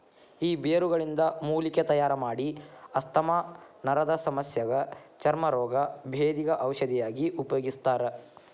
ಈ ಬೇರುಗಳಿಂದ ಮೂಲಿಕೆ ತಯಾರಮಾಡಿ ಆಸ್ತಮಾ ನರದಸಮಸ್ಯಗ ಚರ್ಮ ರೋಗ, ಬೇಧಿಗ ಔಷಧಿಯಾಗಿ ಉಪಯೋಗಿಸ್ತಾರ